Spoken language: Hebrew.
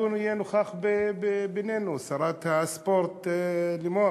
אבו מאזן קירב אותך הרבה.